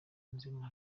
yunzemo